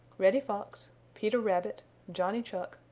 reddy fox, peter rabbit, johnny chuck,